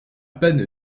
peine